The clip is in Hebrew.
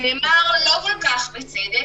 אז נאמר לא כל כך בצדק,